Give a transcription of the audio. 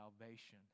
salvation